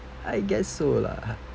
I guess so lah